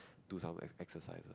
do some ex~ exercise